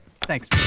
Thanks